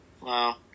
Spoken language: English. Wow